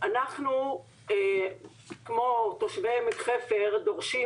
אנחנו כמו תושבי עמק חפר דורשים,